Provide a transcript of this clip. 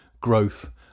growth